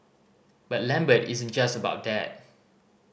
but Lambert isn't just about that